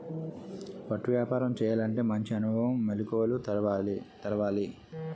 పట్టు వ్యాపారం చేయాలంటే మంచి అనుభవం, మెలకువలు తెలవాలి